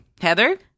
heather